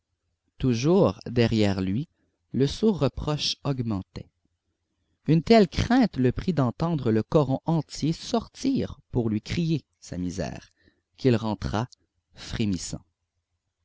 toujours derrière lui le sourd reproche augmentait une telle crainte le prit d'entendre le coron entier sortir pour lui crier sa misère qu'il rentra frémissant